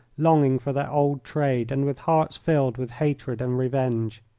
longing for their old trade, and with hearts filled with hatred and revenge.